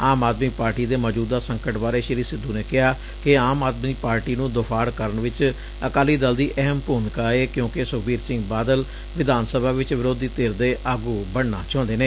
ਆਮ Aadmi party ਦੇ ਮੌਜੁਦਾ ਸੰਕਟ ਬਾਰੇ ਸ੍ਰੀ ਸਿੱਧੂ ਨੇ ਕਿਹਾ ਕਿ ਆਮ ਆਦਮੀ ਪਾਰਟੀ ਨੰ ਦੋਫਾੜ ਕਰਨ ਵਿਚ ਅਕਾਲੀ ਦਲ ਦੀ ਅਹਿਮ ਭੂਮਿਕਾ ਏ ਕਿਉਂਕਿ ਸੁਖਬੀਰ ਸਿੰਘ ਬਾਦਲ ਵਿਧਾਨ ਸਭਾ ਵਿਚ ਵਿਰੋਧੀ ਧਿਰ ਦੇ ਆਗੁ ਬਣਨਾ ਚਾਹੁੰਦੇ ਨੇ